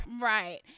right